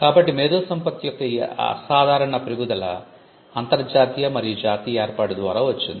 కాబట్టి మేధో సంపత్తి యొక్క ఈ అసాధారణ పెరుగుదల అంతర్జాతీయ మరియు జాతీయ ఏర్పాటు ద్వారా వచ్చింది